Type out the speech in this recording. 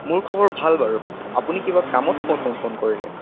মোৰ খবৰ ভাল বাৰু আপুনি কিবা কামত ফ'ন কৰিলে